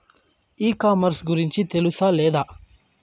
ఈ కామర్స్ గురించి తెలుసా లేదా?